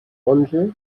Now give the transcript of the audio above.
onze